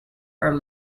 are